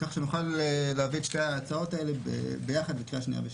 כך שנוכל להביא את שתי ההצעות האלה ביחד לקריאה שנייה ושלישית.